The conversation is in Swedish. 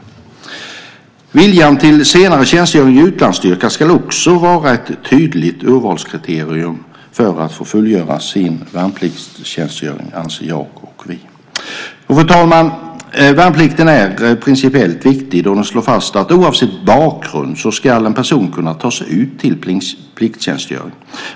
Vi anser också att viljan till senare tjänstgöring i utlandsstyrkan ska vara ett tydligt urvalskriterium för att få fullgöra sin värnpliktstjänstgöring. Fru talman! Värnplikten är principiellt viktig eftersom den slår fast att oavsett bakgrund ska en person kunna tas ut till plikttjänstgöring.